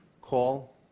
call